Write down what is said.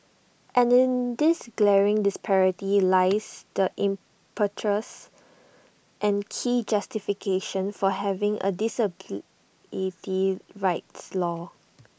and in this glaring disparity lies the impetus and key justification for having A disability rights law